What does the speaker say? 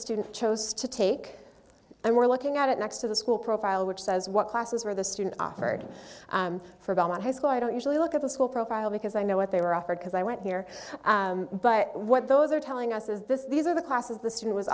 student chose to take and we're looking at it next to the school profile which says what classes are the student offered for belmont high school i don't usually look at the school profile because i know what they were offered because i went there but what those are telling us is this these are the classes the student was